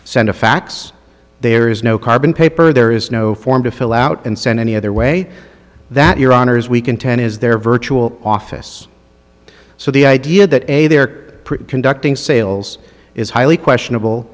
send a fax there is no carbon paper there is no form to fill out and send any other way that your honors we contend is their virtual office so the idea that a they're conducting sales is highly questionable